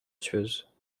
tueuse